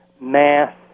math